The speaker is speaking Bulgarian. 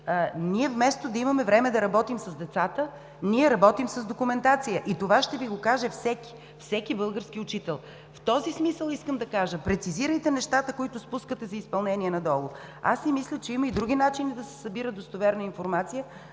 Ние, вместо да имаме време да работим с децата, работим с документация и това ще Ви го каже всеки български учител. В този смисъл искам да кажа, презицирайте нещата, които спускате за изпълнение надолу. Аз си мисля, че има и други начини да се събира достоверна информация